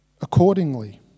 accordingly